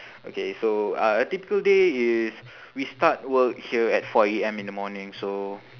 okay so uh a typical day is we start work here at four A_M in the morning so